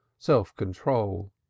self-control